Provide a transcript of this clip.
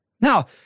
Now